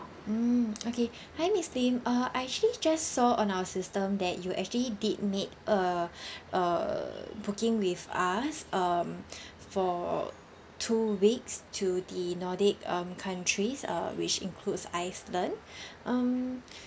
mm okay miss lim uh I actually just saw on our system that you actually did made uh uh booking with us um for two weeks to the nordic um countries err which includes iceland um